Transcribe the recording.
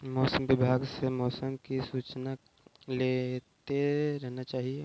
मौसम विभाग से मौसम की सूचना लेते रहना चाहिये?